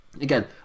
Again